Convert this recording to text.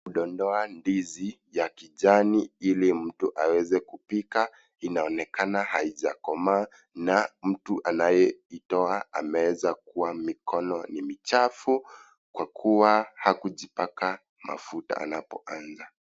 Kudondoa ndizi ya kijani hili mtu aweze kupika. Inaonekana haijakomaa na mtu anayetoa ame weza kuwa na mikono michafu kwa kuwa hakujipaka mafuta anapoandaa.